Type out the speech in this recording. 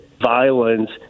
violence